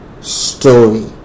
story